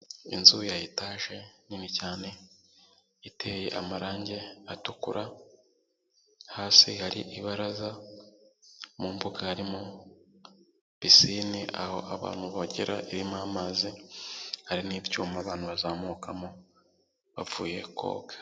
Inzu ya etaje nini cyane, iteye amarangi atukura, hasi hari ibaraza, mu mbuga harimo pisine aho abantu bogera, irimo amazi, hari n'ibyuma abantu bazamukamo, bavuye koga.